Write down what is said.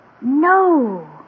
No